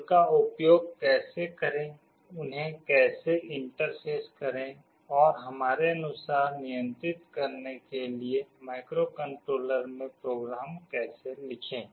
उनका उपयोग कैसे करें उन्हें कैसे इंटरफ़ेस करें और हमारे अनुसार नियंत्रित करने के लिए माइक्रोकंट्रोलर में प्रोग्राम कैसे लिखें